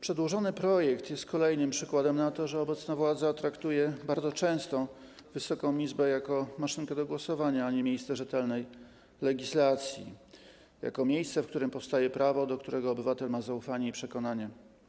Przedłożony projekt jest kolejnym przykładem na to, że obecna władza bardzo często traktuje Wysoką Izbę jak maszynkę do głosowania, a nie miejsce rzetelnej legislacji, w którym powstaje prawo, do którego obywatel ma zaufanie i przekonanie.